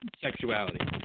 sexuality